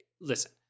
listen